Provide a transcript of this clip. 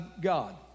God